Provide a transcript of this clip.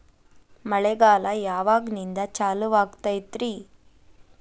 ಮಳೆಗಾಲ ಯಾವಾಗಿನಿಂದ ಚಾಲುವಾಗತೈತರಿ?